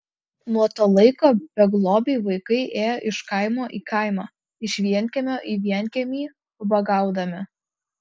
nuo to laiko beglobiai vaikai ėjo iš kaimo į kaimą iš vienkiemio į vienkiemį ubagaudami